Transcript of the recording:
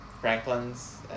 Franklins